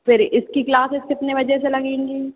फिर इसकी क्लासेज कितने बजे से लगेंगी